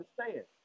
understand